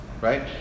right